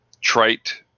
trite